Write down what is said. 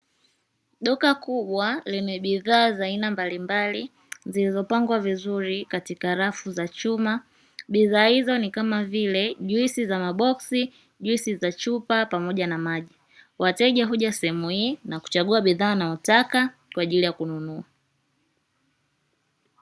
Duka kubwa lenye bidhaa za aina mbalimbali zilizopangwa vizuri katika rafu za chuma. Bidhaa hizo ni kama vile:- juisi za maboksi, juisi za chupa pamoja na maji. Wateja huja sehemu hii na kuchagua wanayotaka kwa ajili ya kununua.